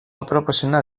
aproposena